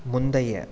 முந்தைய